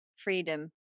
Freedom